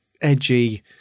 edgy